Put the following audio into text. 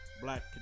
black